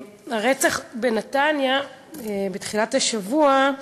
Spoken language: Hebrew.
הרצח בנתניה בתחילת השבוע,